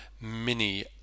mini